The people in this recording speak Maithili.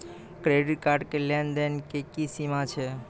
क्रेडिट कार्ड के लेन देन के की सीमा छै?